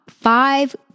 five